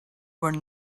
were